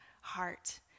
heart